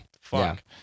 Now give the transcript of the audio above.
Fuck